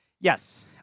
Yes